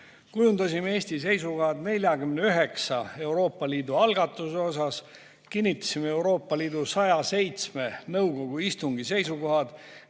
Kujundasime Eesti seisukohad 49 Euroopa Liidu algatuse osas, kinnitasime Euroopa Liidu 107 nõukogu istungi seisukohad,